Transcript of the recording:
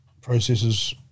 Processes